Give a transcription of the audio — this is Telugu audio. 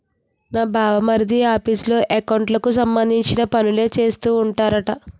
నా బావమరిది ఆఫీసులో ఎకౌంట్లకు సంబంధించిన పనులే చేస్తూ ఉంటాడట